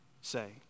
say